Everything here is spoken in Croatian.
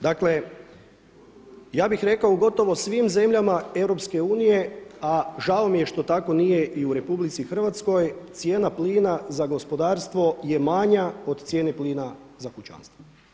Dakle, ja bih rekao gotovo u svim zemljama EU, a žao mi je što nije tako i u RH, cijena plina za gospodarstvo je manja od cijene plina za kućanstva.